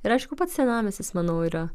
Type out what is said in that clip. ir aišku pats senamiestis manau yra